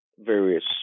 various